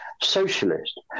socialist